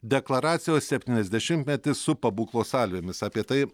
deklaracijos septyniasdešimtmetis su pabūklo salvėmis apie tai